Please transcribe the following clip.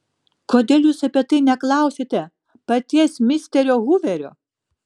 kodėl jūs apie tai neklausiate paties misterio huverio